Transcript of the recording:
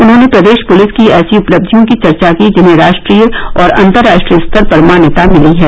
उन्होंने प्रदेश पुलिस की ऐसी उपलब्धियों की चर्चा की जिन्हें राष्ट्रीय और अंतरराष्ट्रीय स्तर पर मान्यता मिली है